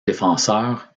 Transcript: défenseur